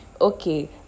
okay